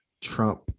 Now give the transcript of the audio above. Trump